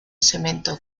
cemento